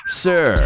sir